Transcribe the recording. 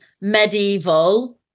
medieval